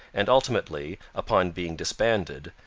and ultimately, upon being disbanded,